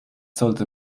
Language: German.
sollte